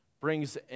brings